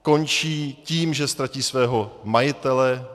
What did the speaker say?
Končí tím, že ztratí svého majitele...